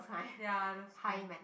ya those kind true